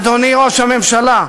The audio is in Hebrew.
אדוני ראש הממשלה,